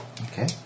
Okay